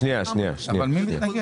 אבל מי מתנגד?